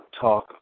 talk